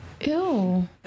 Ew